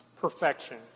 perfection